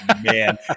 man